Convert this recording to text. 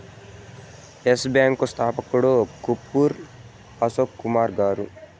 yes Bank స్థాపకుడు కపూర్ అశోక్ కుమార్ గారు